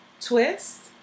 Twist